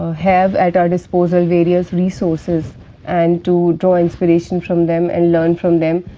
have at our disposal, various resources and to draw inspiration from them and learn from them,